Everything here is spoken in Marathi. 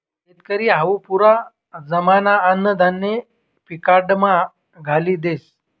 शेतकरी हावू पुरा जमाना अन्नधान्य पिकाडामा घाली देस